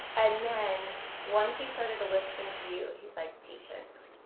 and then once he started to listen to you, he's like patience,